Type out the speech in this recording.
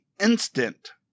instant